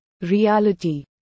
reality